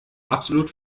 absolut